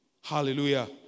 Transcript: Hallelujah